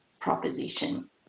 proposition